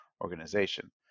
organization